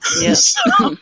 Yes